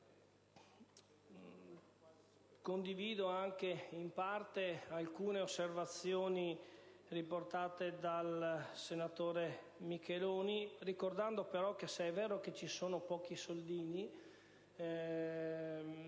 Condivido anche in parte alcune osservazioni riportate dal senatore Micheloni, ricordando però che, se è vero che ci sono pochi soldi,